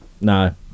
no